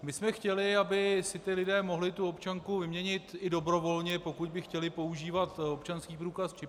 My jsme chtěli, aby si lidé mohli občanku vyměnit i dobrovolně, pokud by chtěli používat občanský průkaz s čipem.